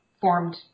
formed